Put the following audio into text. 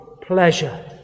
pleasure